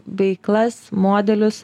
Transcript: veiklas modelius